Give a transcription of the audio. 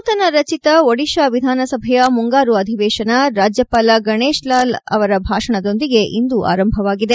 ನೂತನರಚಿತ ಒದಿಶಾ ವಿಧಾನ ಸಭೆಯ ಮುಂಗಾರು ಅಧಿವೇಷನ ರಾಜ್ಯಪಾಲ ಗಣೇಶ್ಲಾಲ್ ಅವರು ಭಾಣದೊಂದಿಗೆ ಇಂದು ಆರಂಭವಾಗಿದೆ